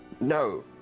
No